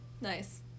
Nice